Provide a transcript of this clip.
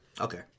Okay